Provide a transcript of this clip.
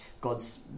God's